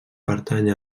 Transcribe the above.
pertany